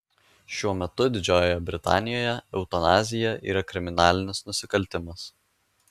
šiuo metu didžiojoje britanijoje eutanazija yra kriminalinis nusikaltimas